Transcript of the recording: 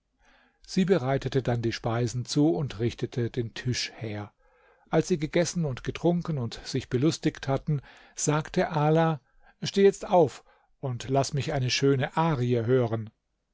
sie bereitete dann die speisen zu und richtete den tisch her als sie gegessen und getrunken und sich belustigt hatten sagte ala steh jetzt auf und laß mich eine schöne arie hören